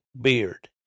beard